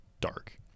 dark